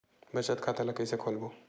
बचत खता ल कइसे खोलबों?